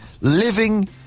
living